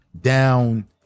down